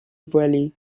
valley